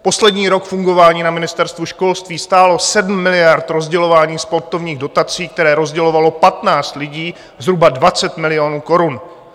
Poslední rok fungování na Ministerstvu školství stálo 7 miliard rozdělování sportovních dotací, které rozdělovalo 15 lidí, zhruba 20 milionů korun.